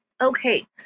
Okay